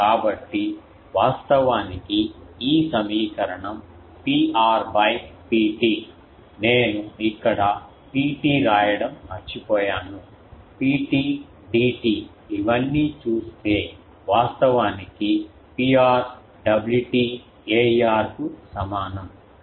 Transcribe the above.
కాబట్టి వాస్తవానికి ఈ సమీకరణం Pr Pt నేను ఇక్కడ Pt రాయడం మర్చిపోయాను Pt Dt ఇవన్నీ చూస్తే వాస్తవానికి Pr Wt Aer కు సమానం